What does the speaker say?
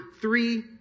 three